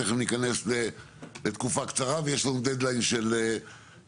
תיכף ניכנס לתקופה קצרה ויש לנו דד-ליין של תקציב,